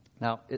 Now